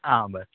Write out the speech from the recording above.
आं बरें